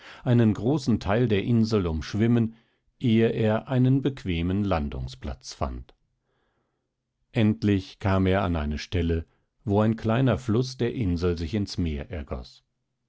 einen großen teil der insel umschwimmen ehe er einen bequemen landungsplatz fand endlich kam er an eine stelle wo ein kleiner fluß der insel sich ins meer ergoß